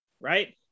right